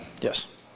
Yes